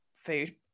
food